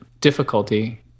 difficulty